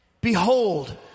behold